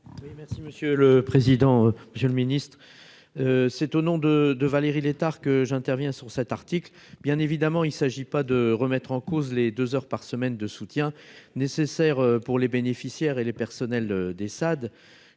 merci monsieur le président, Monsieur le Ministre, c'est au nom de de Valérie Létard que j'interviens sur cet article, bien évidemment, il s'agit pas de remettre en cause les deux heures par semaine de soutien nécessaire pour les bénéficiaires et les personnels des Saad,